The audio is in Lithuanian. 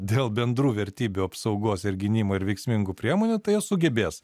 dėl bendrų vertybių apsaugos ir gynimo ir veiksmingų priemonių tai jos sugebės